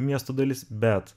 miesto dalis bet